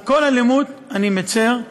על כל אלימות אני מצר,